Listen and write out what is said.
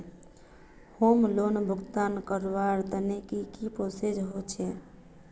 Home loan भुगतान करवार तने की की प्रोसेस होचे?